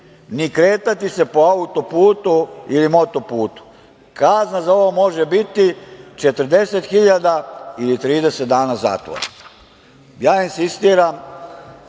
ni kretati se po autoputu ili motoputu. Kazna za ovo može biti 40 hiljada ili 30 dana zatvora. Insistiram